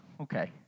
okay